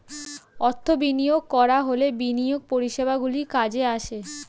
অর্থ বিনিয়োগ করা হলে বিনিয়োগ পরিষেবাগুলি কাজে আসে